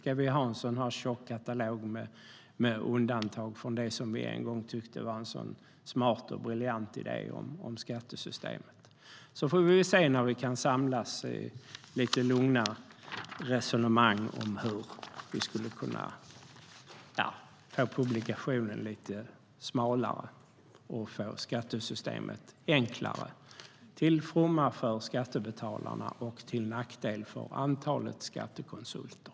Ska vi ha en så här tjock katalog med undantag från det som vi en gång tyckte var en så smart och briljant idé för skattesystemet? Vi får väl se när vi kan samlas för lite lugnare resonemang om hur vi skulle kunna få publikationen lite smalare och skattesystemet enklare, till fromma för skattebetalarna och till nackdel för antalet skattekonsulter.